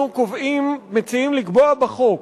אנחנו קובעים, מציעים לקבוע בחוק,